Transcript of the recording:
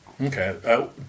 Okay